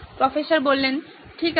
professor ঠিক আছে